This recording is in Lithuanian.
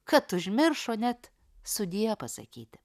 kad užmiršo net sudie pasakyti